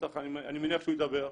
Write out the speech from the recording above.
אני מניח שהוא ידבר,